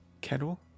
kettle